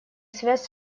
связь